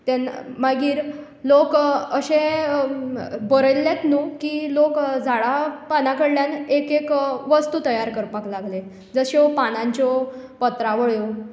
मागीर लोक अशें बरयल्लेंच न्हू की लोक झाडां पानां कडल्यान एक एक वस्तू तयार करपाक लागले जश्यो पानांच्यो पत्रावळ्यो